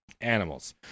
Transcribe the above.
animals